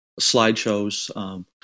slideshows